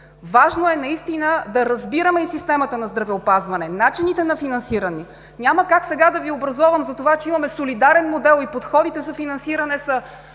Важно е да разбираме и системата на здравеопазване, начините на финансиране. Няма как сега да Ви образовам затова, че имаме солидарен модел и подходите за финансиране са